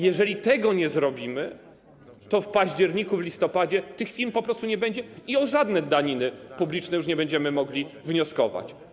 Jeżeli tego nie zrobimy, to w październiku, w listopadzie tych firm po prostu nie będzie i o żadne daniny publiczne już nie będziemy mogli wnioskować.